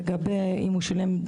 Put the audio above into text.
לגבי אם הוא שילם.